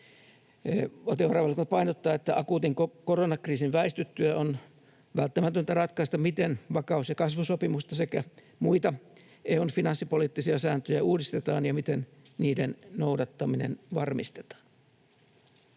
Valtiovarainvaliokunta painottaa, että akuutin koronakriisin väistyttyä on välttämätöntä ratkaista, miten vakaus‑ ja kasvusopimusta sekä muita EU:n finanssipoliittisia sääntöjä uudistetaan ja miten niiden noudattaminen varmistetaan.